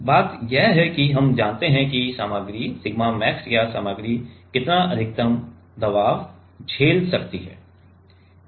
तो बात यह है कि हम जानते हैं कि सामग्री सिग्मा max या सामग्री कितना अधिकतम दबाव झेल सकती है